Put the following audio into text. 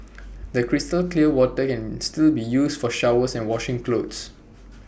the crystal clear water can still be used for showers and washing clothes